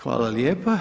Hvala lijepa.